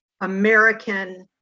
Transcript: American